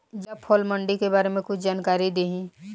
जिला फल मंडी के बारे में कुछ जानकारी देहीं?